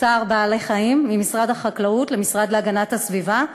צער בעלי-חיים ממשרד החקלאות למשרד להגנת הסביבה,